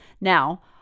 now